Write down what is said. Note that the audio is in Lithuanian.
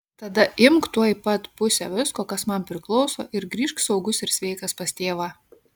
tada imk tuoj pat pusę visko kas man priklauso ir grįžk saugus ir sveikas pas tėvą